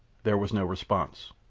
there was no response.